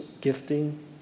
gifting